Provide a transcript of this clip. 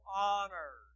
honor